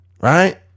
Right